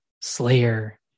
slayer